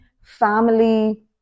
family